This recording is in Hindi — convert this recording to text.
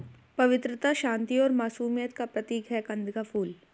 पवित्रता, शांति और मासूमियत का प्रतीक है कंद का फूल